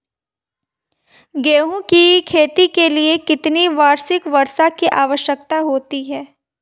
गेहूँ की खेती के लिए कितनी वार्षिक वर्षा की आवश्यकता होती है?